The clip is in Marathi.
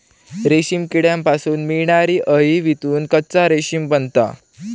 रेशीम किड्यांपासून मिळणारी अळी वितळून कच्चा रेशीम बनता